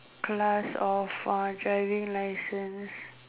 class of uh driving license